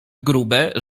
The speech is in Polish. grube